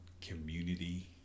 community